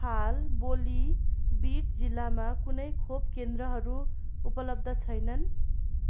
हाल बोली बिट जिल्लामा कुनै खोप केन्द्रहरू उपलब्ध छैनन्